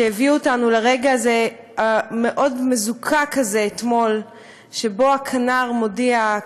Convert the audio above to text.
שהביאו אותנו לרגע המאוד-מזוקק הזה אתמול שבו הכנ"ר מודיע,